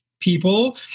people